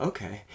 Okay